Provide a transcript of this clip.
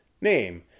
name